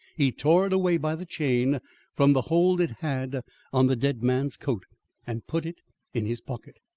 he tore it away by the chain from the hold it had on the dead man's coat and put it in his pocket.